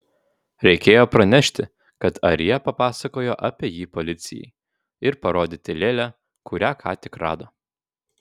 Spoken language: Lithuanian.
reikėjo pranešti kad arija papasakojo apie jį policijai ir parodyti lėlę kurią ką tik rado